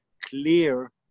clear